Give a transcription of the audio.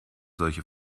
solche